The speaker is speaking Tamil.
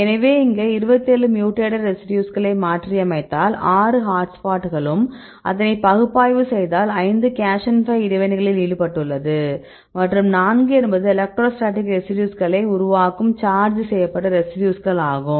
எனவே இங்கே 27 மியூடேட்டட் ரெசிடியூஸ்களை மாற்றி அமைத்தால் 6 ஹாட்ஸ்பாட்களும் அதனை பகுப்பாய்வு செய்தால் 5 கேஷன் பை இடைவினைகளில் ஈடுபட்டுள்ளது மற்றும் 4 என்பது எலக்ட்ரோஸ்டாட்டிக் ரெசிடியூஸ்களை உருவாக்கும் சார்ஜ் செய்யப்பட்ட ரெசிடியூஸ்கள் ஆகும்